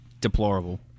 deplorable